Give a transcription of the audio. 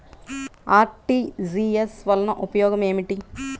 RTGS వలన ఉపయోగం ఏమిటీ?